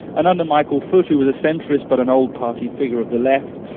and under michael foote who was a centrist but an old party figure of the left,